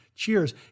Cheers